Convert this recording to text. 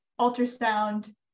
ultrasound